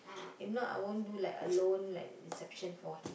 if not I won't do like a alone like reception for him